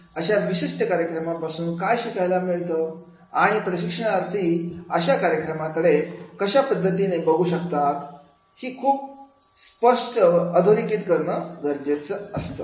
अशा विशिष्ट कार्यक्रमापासून काय शिकायला मिळतं आणि प्रशिक्षणार्थी अशा कार्यक्रमाकडे कशा पद्धतीने बघू शकतात ही खूप स्पष्टपणे अधोरेखित करणं गरजेचं असतं